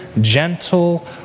gentle